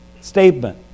statement